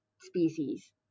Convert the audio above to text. species